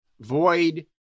void